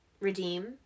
Redeem